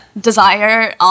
desire